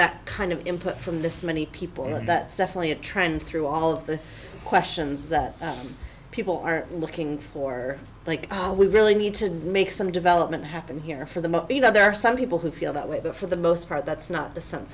that kind of input from this many people and that's definitely a trend through all of the questions that people are looking for like oh we really need to make some development happen here for the must be that there are some people who feel that way the for the most part that's not the sense